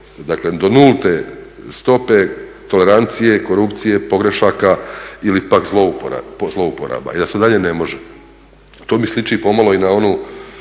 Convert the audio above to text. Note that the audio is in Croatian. dakle do nulte stope tolerancije, korupcije, pogrešaka ili pak zlouporaba jer se dalje ne može. To mi sliči pomalo i na onu